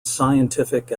scientific